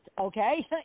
okay